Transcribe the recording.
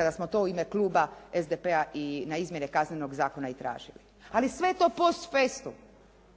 kada smo to u ime kluba SDP-a i na izmjene kaznenog zakona i tražili. Ali sve to u post festu,